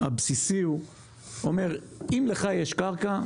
הבסיסי הוא אם לך יש קרקע,